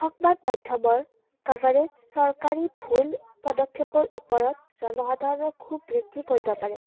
সংবাদ মাধ্যমৰ কাভাৰেজ চৰকাৰী ভুল পদক্ষেপৰ ওপৰত জনসাধাৰণৰ ক্ষুভ বৃদ্ধি কৰিব পাৰে